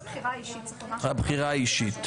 צריך לומר שהבחירה היא אישית.